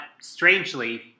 strangely